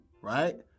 right